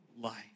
life